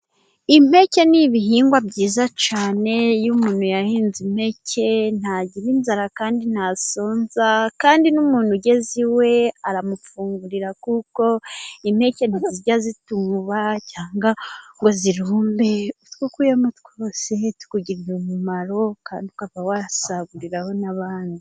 Impeke ni ibihingwa byiza cyane. Iyo umuntu yahinze impeke ntagira inzara, kandi ntasonza, kandi n'umuntu ugeze iwe aramufungurira, kuko impeke ntizijya zituba cyangwa ngo zirumbe. Utwo ukuyemo twose tukugirira umumaro kandi ukaba wasaguriraho n'abandi.